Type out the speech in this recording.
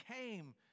came